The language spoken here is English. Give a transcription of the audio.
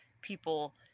people